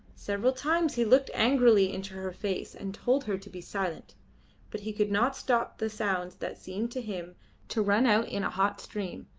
several times he looked angrily into her face and told her to be silent but he could not stop the sounds that seemed to him to run out in a hot stream,